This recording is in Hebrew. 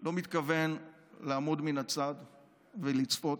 לא מתכוון לעמוד מן הצד ולצפות.